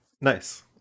Nice